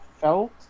felt